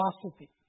philosophy